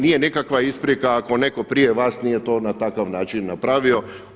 Nije nikakva isprika ako netko prije vas nije to na takav način napravio.